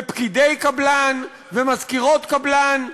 פקידי קבלן ומזכירות קבלן.